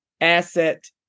asset